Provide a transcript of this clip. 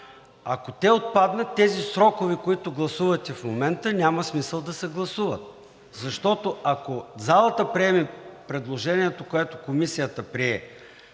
Ако те отпаднат, тези срокове, които гласувате в момента, няма смисъл да се гласуват, защото, ако залата приеме предложението, което Комисията прие